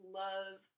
love